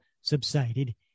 subsided